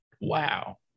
Wow